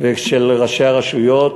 ושל ראשי הרשויות,